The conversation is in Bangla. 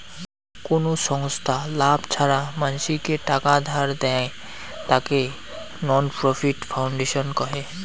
কোন ছংস্থা লাভ ছাড়া মানসিকে টাকা ধার দেয়ং, তাকে নন প্রফিট ফাউন্ডেশন কহে